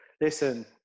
Listen